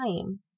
time